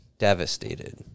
devastated